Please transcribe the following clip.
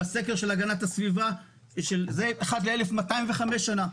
בסקר של הגנת הסביבה אחת ל-1,205 שנה.